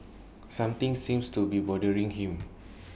something seems to be bothering him